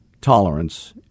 tolerance